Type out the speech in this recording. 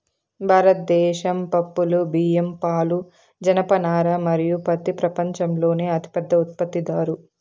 భారతదేశం పప్పులు, బియ్యం, పాలు, జనపనార మరియు పత్తి ప్రపంచంలోనే అతిపెద్ద ఉత్పత్తిదారు